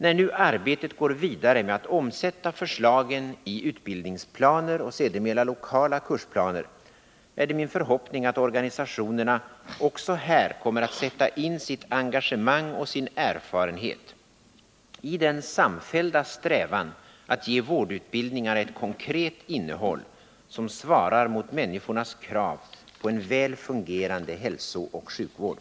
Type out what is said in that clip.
När nu arbetet går vidare med att omsätta förslagen i utbildningsplaner och sedermera lokala kursplaner, är det min förhoppning att organisationerna också här kommer att sätta in sitt engagemang och sin erfarenhet i den samfällda strävan att ge vårdutbildningarna ett konkret innehåll som svarar mot människornas krav på en väl fungerande hälsooch sjukvård.